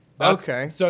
Okay